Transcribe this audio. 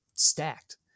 Stacked